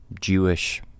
Jewish